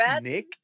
Nick